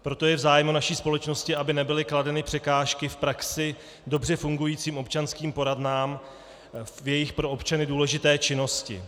Proto je v zájmu naší společnosti, aby nebyly kladeny překážky v praxi dobře fungujícím občanským poradnám v jejich pro občany důležité činnosti.